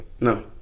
no